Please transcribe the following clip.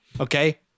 okay